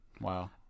Wow